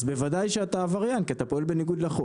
אז בוודאי שאתה עבריין כי אתה פועל בניגוד לחוק.